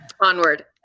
onward